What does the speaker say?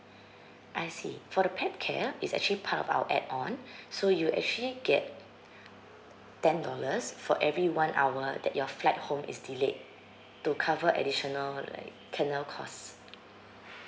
I see for the pet care it's actually part of our add on so you actually get ten dollars for every one hour that your flight home is delayed to cover additional like kennel cost